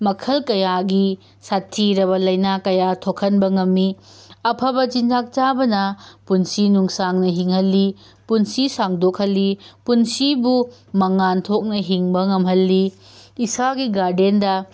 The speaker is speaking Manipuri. ꯃꯈꯜ ꯀꯌꯥꯒꯤ ꯁꯥꯊꯤꯔꯕ ꯂꯥꯏꯅꯥ ꯀꯌꯥ ꯊꯣꯛꯍꯟꯕ ꯉꯝꯃꯤ ꯑꯐꯕ ꯆꯤꯟꯖꯥꯛ ꯆꯥꯕꯅ ꯄꯨꯟꯁꯤ ꯅꯨꯡꯁꯥꯡꯅ ꯍꯤꯡꯍꯜꯂꯤ ꯄꯨꯟꯁꯤ ꯁꯥꯡꯗꯣꯛꯍꯜꯂꯤ ꯄꯨꯟꯁꯤꯕꯨ ꯃꯉꯥꯜ ꯊꯣꯛꯅ ꯍꯤꯡꯕ ꯉꯝꯍꯜꯂꯤ ꯏꯁꯥꯒꯤ ꯒꯥꯔꯗꯦꯟꯗ